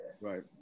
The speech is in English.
Right